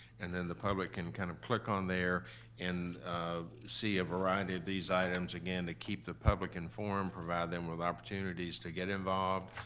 and then the public and kind of click on there and see a variety of these items, again, to keep the public informed, provide them with opportunities to get involved.